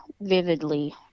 vividly